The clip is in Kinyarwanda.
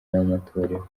n’amatorero